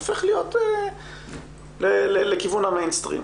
הופך לכיוון המיינסטרים.